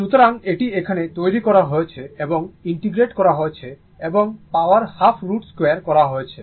সুতরাং এটি এখানে তৈরি করেছে এবং ইন্টিগ্রেট করা হয়েছে এবং পাওয়ার হাফ 2root করা হয়েছে